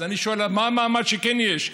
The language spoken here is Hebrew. אז אני שואל מה המעמד שכן יש,